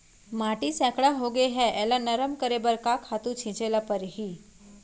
माटी सैकड़ा होगे है एला नरम करे बर का खातू छिंचे ल परहि?